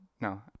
No